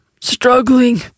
struggling